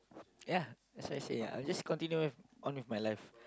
ya that's what I said ya I will just continue with on with my life